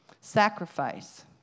Sacrifice